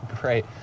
Great